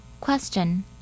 Question